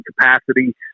capacity